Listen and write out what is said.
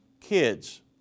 kids